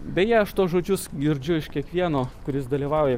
beje aš tuos žodžius girdžiu iš kiekvieno kuris dalyvauja